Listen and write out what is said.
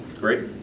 great